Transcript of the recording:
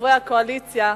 חברי הקואליציה,